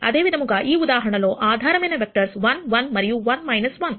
అదే విధముగా ఈ ఉదాహరణ లో ఆధారమైన వెక్టర్స్ 1 1 మరియు 1 1